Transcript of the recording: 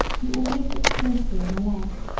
who always looked closely at my legs.